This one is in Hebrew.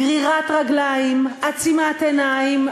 גרירת רגליים, עצימת עיניים,